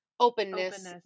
openness